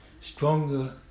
stronger